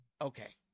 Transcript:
Okay